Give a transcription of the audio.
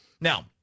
Now